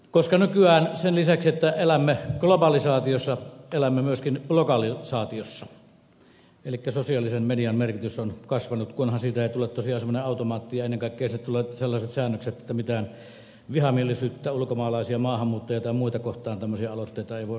koska nykyään sen lisäksi että elämme globalisaatiossa elämme myöskin blogalisaatiossa elikkä sosiaalisen median merkitys on kasvanut kunhan siitä ei tule tosiaan semmoinen automaatti ja ennen kaikkea tulee sellaiset säännökset että mitään vihamielisyyttä ulkomaalaisia maahanmuuttajia kohtaan tai muita kohtaan tämmöisiä aloitteita ei voida sillä tehdä